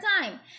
time